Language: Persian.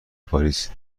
پاریس